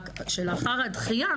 רק לאחר הדחייה,